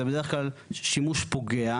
זה בדרך כלל שימוש פוגע.